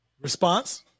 response